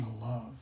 love